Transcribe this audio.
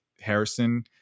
Harrison